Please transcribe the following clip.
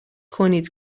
کنید